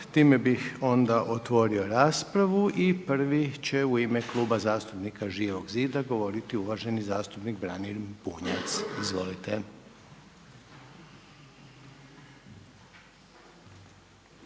Time bih onda otvorio raspravu. I prvi će u ime Kluba zastupnika Živog zida govoriti uvaženi zastupnik Branimir Bunjac. Izvolite.